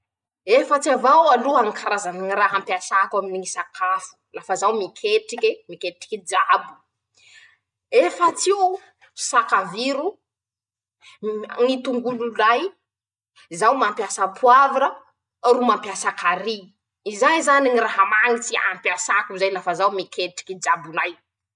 Efatsy avao aloha ñy karazany raha ampiasako aminy ñy sakafo lafa zao miketrike, miketriky jabo, efats'io: -Sakaviro; mm ñy tongolo lay; zao mampiasa poavira ro mampiasa kary, izay zany ñy raha mañitry ampiasako zay lafa zaho miketriky jabonay.